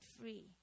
free